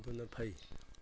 ꯑꯗꯨꯅ ꯐꯩ